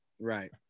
right